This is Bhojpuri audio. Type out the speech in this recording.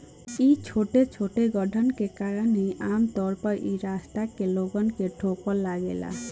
इ छोटे छोटे गड्ढे के कारण ही आमतौर पर इ रास्ता में लोगन के ठोकर लागेला